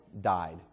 died